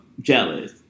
Jealous